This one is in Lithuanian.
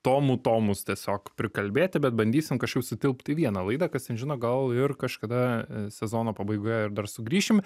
tomų tomus tiesiog prikalbėti bet bandysim kažkaip sutilpt į vieną laidą kas ten žino gal ir kažkada sezono pabaigoje ir dar sugrįšim